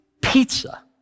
pizza